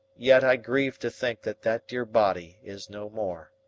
yet i grieve to think that that dear body is no more.